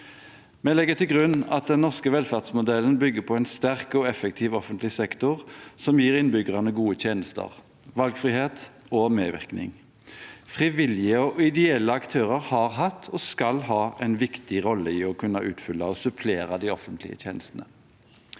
Vi legger til grunn at den norske velferdsmodellen bygger på en sterk og effektiv offentlig sektor, som gir innbyggerne gode tjenester, valgfrihet og medvirkning. Frivillige og ideelle aktører har hatt, og skal ha, en viktig rolle i å kunne utfylle og supplere de offentlige tjenestene.